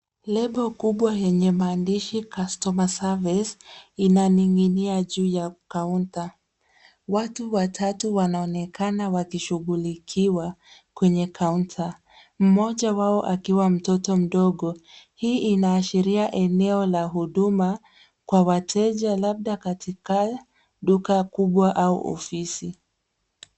Lebo kubwa yenye maandishi customer service , inaning'inia juu ya kaunta. Watu watatu wanaonekana wakishughulikiwa kwenye kaunta, mmoja wao akiwa mtoto mdogo. Hii inaashiria eneo la huduma kwa wateja labda katika duka kubwa au ofisi.